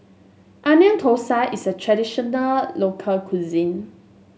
Onion Thosai is a traditional local cuisine